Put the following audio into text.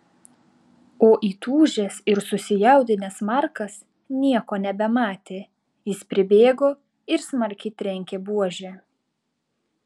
o įtūžęs ir susijaudinęs markas nieko nebematė jis pribėgo ir smarkiai trenkė buože